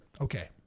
Okay